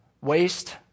Waste